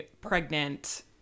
pregnant